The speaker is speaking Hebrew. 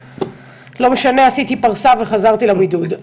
עשיתי פרסה וחזרתי לבידוד.